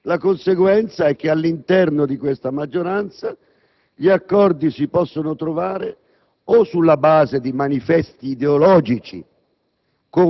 conseguenza è che all'interno di questa maggioranza gli accordi si possono trovare sulla base di manifesti ideologici,